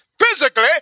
physically